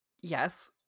Yes